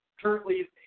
currently